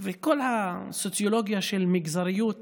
וכל הסוציולוגיה של מגזריות